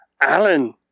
Alan